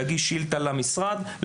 להגיש שאילתה למשרד,